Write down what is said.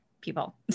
people